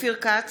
אופיר כץ,